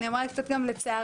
אני אומרת קצת גם לצערנו,